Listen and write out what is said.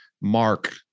mark